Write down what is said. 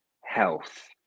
health